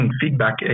feedback